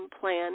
plan